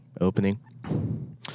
opening